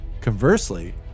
Conversely